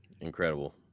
Incredible